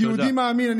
כיהודי מאמין, תודה.